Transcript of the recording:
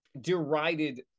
derided